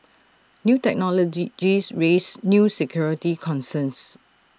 new technology raise new security concerns